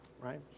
right